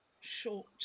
short